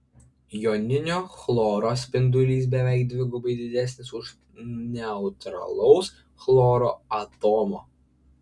joninio chloro spindulys beveik dvigubai didesnis už neutralaus chloro atomo